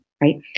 Right